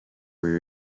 were